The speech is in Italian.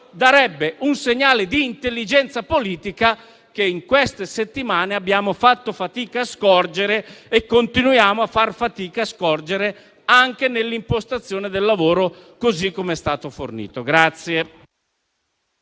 darebbe un segnale di intelligenza politica che in queste settimane abbiamo fatto fatica a scorgere e continuiamo a far fatica a scorgere anche nell'impostazione del lavoro così come è stato fornito.